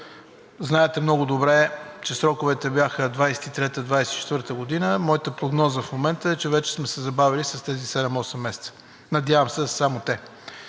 Знаете много добре, че сроковете бяха 2023 – 2024 г. Моята прогноза в момента е, че вече сме се забавили с тези 7 – 8 месеца, надявам се да са